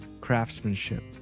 craftsmanship